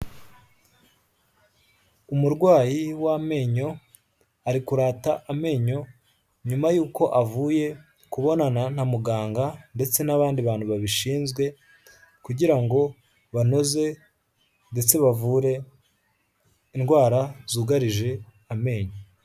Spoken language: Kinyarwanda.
Umurwayi w'amenyo, ari kurata amenyo nyuma y'uko avuye kubonana na muganga ndetse nabandi bantu babishinzwe, kugirango banoze, ndetse bavure indwara zugarije amenyo.